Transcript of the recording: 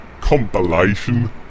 compilation